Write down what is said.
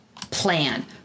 plan